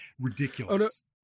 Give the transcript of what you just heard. Ridiculous